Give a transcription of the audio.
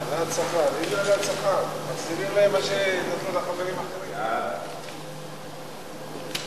ההצעה להעביר את הצעת חוק הבחירות (דרכי תעמולה) (תיקון מס'